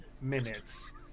minutes